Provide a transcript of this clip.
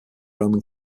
roman